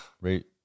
Right